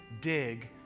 dig